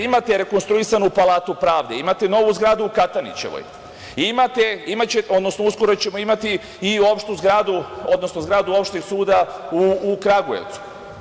Imate rekonstruisanu Palatu pravde, imate novu zgradu u Katanićevoj, uskoro ćemo imati i opštu zgradu, odnosno zgradu Opšteg suda u Kragujevcu.